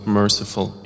merciful